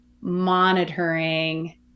monitoring